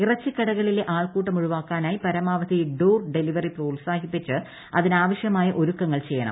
ഇറച്ചിക്കടകളിലെ ആൾക്കൂട്ടം ഒഴിവാക്കാനായി പരമാവധി ഡ്യോർ ഡെലിവറി പ്രോത്സാഹിപ്പിച്ച് അതിനാവശ്യമായ ഒരുക്കങ്ങൾ പ്രചയ്യണം